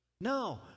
No